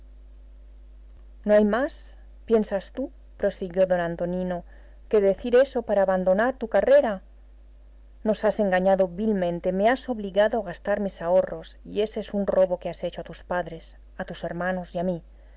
no hay más piensas tú prosiguió d antonino que decir eso para abandonar tu carrera nos has engañado vilmente me has obligado a gastar mis ahorros y ese es un robo que has hecho a tus padres a tus hermanos y a mí